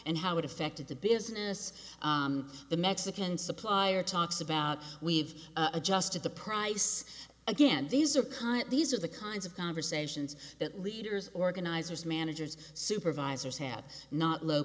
and how it affected the business the mexican supplier talks about we've adjusted the price again these are current these are the kinds of conversations that leaders organizers managers supervisors have not low